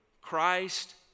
Christ